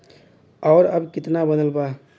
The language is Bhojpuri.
और अब कितना बनल बा?